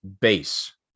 base